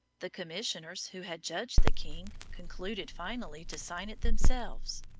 the commissioners who had judged the king concluded finally to sign it themselves.